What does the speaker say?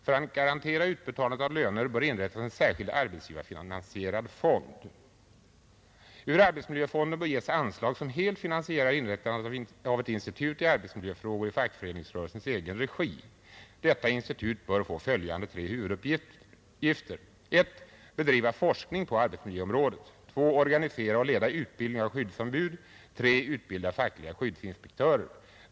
För att garantera utbetalandet av löner bör en särskild arbetsgivarfinansierad fond inrättas. Ur arbetsmiljöfonden bör anslag ges som helt finansierar inrättandet av ett institut i arbetsmiljöfrågor i fackföreningsrörelsens regi. Detta institut bör få följande tre huvuduppgifter: 2. Organisera och leda utbildning av skyddsombud. 3. Utbilda fackliga skyddsinspektörer.